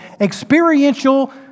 experiential